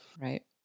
Right